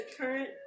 current